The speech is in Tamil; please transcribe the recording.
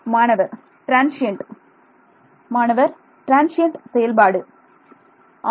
மாணவர் டிரன்சியண்ட் மாணவர் டிரன்சியண்ட் செயல்பாடு ஆம்